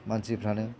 मानसिफ्रानो